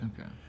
okay